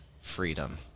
freedom